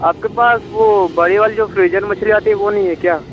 आपके पास वह बड़ी वाली जो फ्रिजर मछली आती है वो नहीं है क्या